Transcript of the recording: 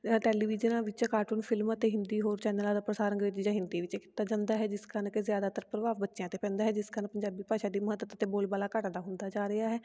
ਟੈਲੀਵਿਜ਼ਨਾਂ ਵਿੱਚ cartoon film ਅਤੇ ਹਿੰਦੀ ਹੋਰ ਚੈਨਲਾਂ ਦਾ ਪ੍ਰਸਾਰ ਅੰਗਰੇਜ਼ੀ ਜਾਂ ਹਿੰਦੀ ਵਿੱਚ ਕੀਤਾ ਜਾਂਦਾ ਹੈ ਜਿਸ ਕਾਰਨ ਕਿ ਜ਼ਿਆਦਾਤਰ ਪ੍ਰਭਾਵ ਬੱਚਿਆਂ 'ਤੇ ਪੈਂਦਾ ਹੈ ਜਿਸ ਕਾਰਨ ਪੰਜਾਬੀ ਭਾਸ਼ਾ ਦੀ ਮਹੱਤਤਾ ਅਤੇ ਬੋਲਬਾਲਾ ਘੱਟਦਾ ਹੁੰਦਾ ਜਾ ਰਿਹਾ ਹੈ